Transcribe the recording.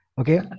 okay